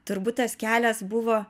turbūt tas kelias buvo